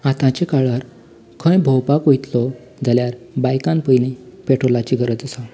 आतांच्या काळार खंय भोंवपाक वयतलो जाल्यार बायकान पयली पेट्रोलाची गरज आसा